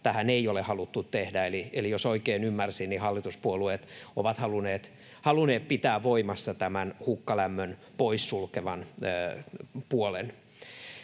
tähän ei ole haluttu tehdä, eli jos oikein ymmärsin, niin hallituspuolueet ovat halunneet pitää voimassa tämän hukkalämmön poissulkevan puolen.